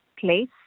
place